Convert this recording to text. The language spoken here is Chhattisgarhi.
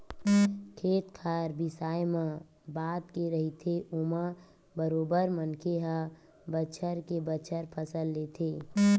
खेत खार बिसाए मए बात के रहिथे ओमा बरोबर मनखे ह बछर के बछर फसल लेथे